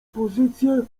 pozycję